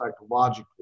psychologically